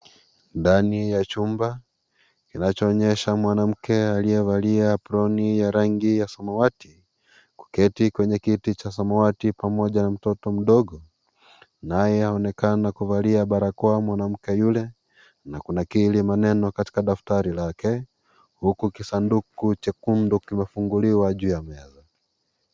Ndani ya chumba, kinachoonyesha mwanamke aliyevalia aproni ya rangi ya samawati akiketi kwa kiti ya samawati pamoja na mtoto mdogo, naye aonekana kuvalia barakoa mwanamke yule na kunakili maneno katika daftari lake. Huku kisanduku kimefunguliwa juu ya meza.